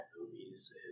movies